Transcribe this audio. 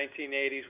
1980s